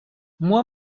moi